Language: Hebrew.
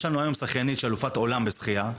יש לנו היום שחיינית אלופת עולם בשחייה,